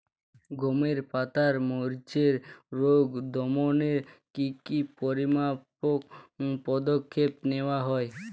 গমের পাতার মরিচের রোগ দমনে কি কি পরিমাপক পদক্ষেপ নেওয়া হয়?